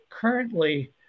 currently